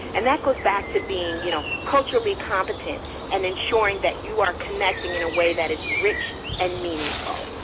and that goes back to being, you know, culturally competent and then showing that you are connecting in a way that is rich and meaningful.